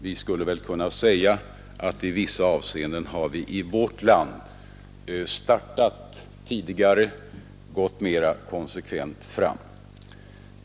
Vi skulle väl kunna säga att i vissa avseenden har vi i vårt land startat tidigt, gått mera konsekvent fram.